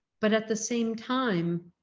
but at the same time,